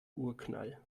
urknall